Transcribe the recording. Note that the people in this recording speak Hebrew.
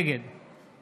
נגד